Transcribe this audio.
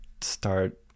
start